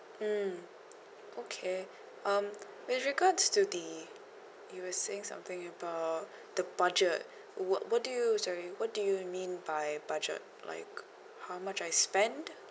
mm okay um with regards to the you were saying something about the budget what what do you sorry what do you mean by budget like how much I spend